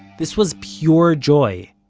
this was pure joy.